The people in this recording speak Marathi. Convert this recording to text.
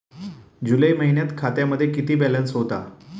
जुलै महिन्यात खात्यामध्ये किती बॅलन्स होता?